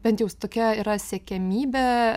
bent jau tokia yra siekiamybė